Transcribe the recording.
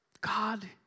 God